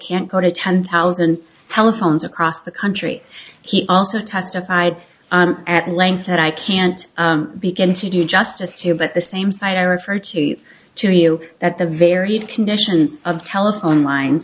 can't go to ten thousand telephones across the country he also testified at length that i can't begin to do justice to you but the same site i referred to you that the varied conditions of telephone line